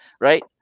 Right